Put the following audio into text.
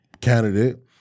candidate